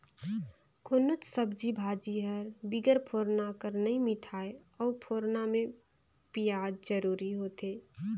कोनोच सब्जी भाजी हर बिगर फोरना कर नी मिठाए अउ फोरना में पियाज जरूरी होथे